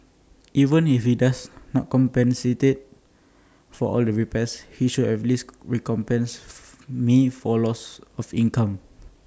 even if he does not compensate for all the repairs he should at least recompense me for loss of income